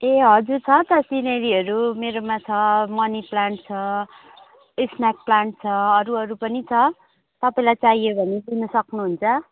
ए हजुर छ त सिनेरीहरू मेरोमा छ मनि प्लान्ट छ स्नेक प्लान्ट छ अरूहरू पनि छ तपाईँलाई चाहियो भने लिन सक्नुहुन्छ